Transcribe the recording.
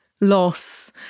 loss